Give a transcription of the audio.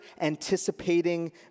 anticipating